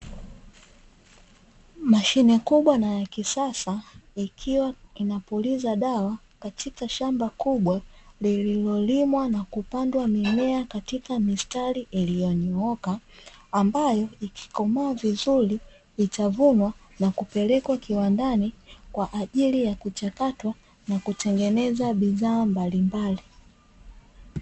Mashine kubwa na ya kisasa ikiwa inapuliza dawa, katika shamba kubwa lililolimwa na kupandwa mimea katika mistari iliyonyooka; ambayo ikikomaa vizuri itavunwa na kupelekwa kiwandani kwa ajili ya kuchakatwa na kutengeneza bidhaa mbalimbali.